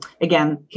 again